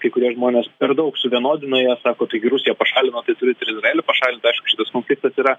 kai kurie žmonės per daug suvienodina jas sako taigi rusiją pašalinot tai turit ir izraelį pašalint aišku šitas konfliktas yra